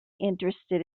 interested